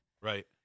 Right